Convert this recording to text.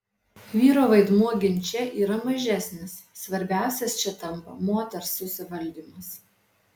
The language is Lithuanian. vyro vaidmuo ginče yra mažesnis svarbiausias čia tampa moters susivaldymas